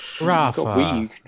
Rafa